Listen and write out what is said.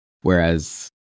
Whereas